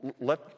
let